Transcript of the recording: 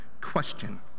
question